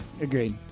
Agreed